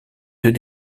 deux